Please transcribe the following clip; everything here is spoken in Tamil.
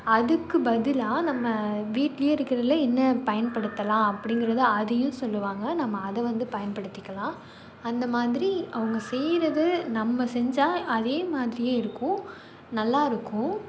அதுக்கு பதிலாக நம்ம வீட்லேயே இருக்கிறதுல என்ன பயன்படுத்தலாம் அப்படிங்கிறது அதையும் சொல்லுவாங்க நம்ம அதை வந்து பயன்படுத்திக்கலாம் அந்த மாதிரி அவங்க செய்கிறது நம்ம செஞ்சால் அதே மாதிரியே இருக்கும் நல்லாயிருக்கும்